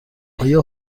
آیا